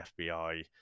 FBI